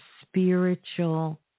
spiritual